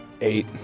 eight